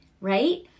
right